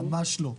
ממש לא.